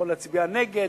יכולה להצביע נגד,